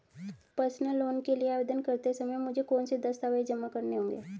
Personal loan के लिए आवेदन करते समय मुझे कौन से दस्तावेज़ जमा करने होंगे?